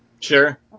Sure